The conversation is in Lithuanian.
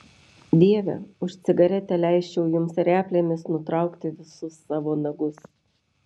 dieve už cigaretę leisčiau jums replėmis nutraukti visus savo nagus